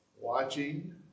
watching